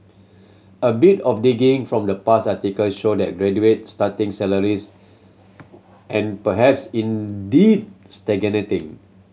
a bit of digging from the past article show that graduates starting salaries and perhaps indeed stagnating